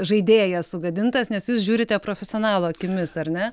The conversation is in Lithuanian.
žaidėjas sugadintas nes jūs žiūrite profesionalo akimis ar ne